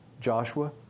Joshua